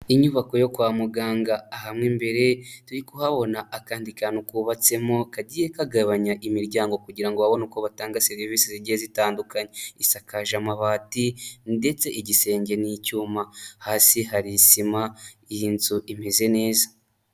Inyubako yo kwa muganga, aha mo mbere turi kuhabona akandi kantu kubatsemo kagiye kagabanya imiryango kugira ngo babone uko batanga serivisi zigiye zitandukanye, isakaje amabati ndetse igisenge n'icyuma, hasi hari isima, iyi nzu imeze neza.